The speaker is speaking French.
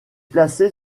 placé